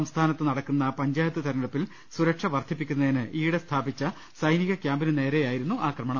സംസ്ഥാനത്ത് നടക്കുന്ന പഞ്ചായത്ത് തെരഞ്ഞെടു പ്പിൽ സുരക്ഷ വർദ്ധിപ്പിക്കുന്നതിന് ഈയിടെ സ്ഥാപിച്ച സൈനിക ക്യാമ്പിനു നേരെയായിരുന്നു ആക്രമണം